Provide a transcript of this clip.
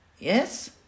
Yes